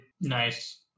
Nice